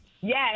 Yes